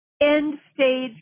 end-stage